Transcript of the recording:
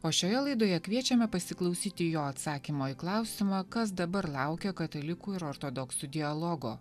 o šioje laidoje kviečiame pasiklausyti jo atsakymo į klausimą kas dabar laukia katalikų ir ortodoksų dialogo